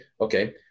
okay